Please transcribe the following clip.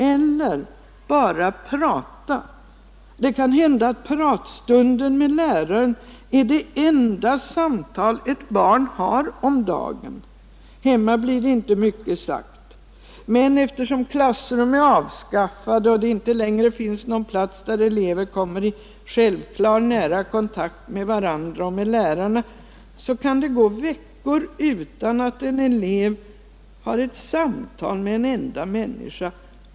Eller bara prata. Det kan hända att pratstunden med läraren är det enda samtal ett barn har om dagen! Hemma blir det inte så mycket sagt. Men eftersom klassrum är avskaffade och det inte längre finns någon plats där elever kommer i självklar, nära kontakt med varandra och med lärarna så kan det gå veckor utan att en elev samtalar med en enda människa!